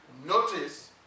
Notice